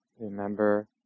Remember